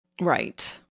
Right